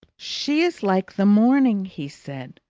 she is like the morning, he said.